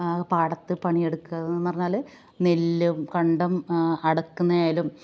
ആ പാടത്ത് പണിയെടുക്കുകാന്നു പറഞ്ഞാൽ നെല്ലും കണ്ടം അടക്കുന്നയായാലും